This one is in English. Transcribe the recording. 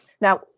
now